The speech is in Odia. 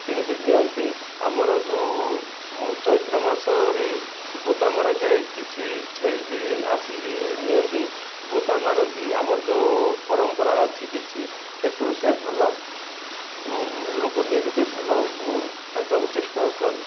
କିଣିକି ନିଅନ୍ତି ଆମର ଯେଉଁ ଚୈତ୍ର ମାସରେ ବୋଦା ମରାଯାଏ କିଛି ଛେଳି ବି ଆସିକରି ନିଅନ୍ତି ବୋଦା ମାରନ୍ତି ଆମର ଯେଉଁ ପରମ୍ପରା ଅଛି କିଛି ଏଥିରୁ ସେ ଭଲ ଲୋକ ଭଲ ହେବାକୁ ଚେଷ୍ଟା କରନ୍ତି